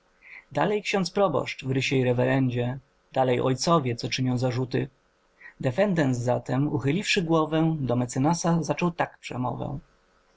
dalej xiądz proboszcz w rysiej rewerendzie dalej ojcowie co czynią zarzuty defendens zatem uchyliwszy głowę do mecenasa zaczął tak przemowę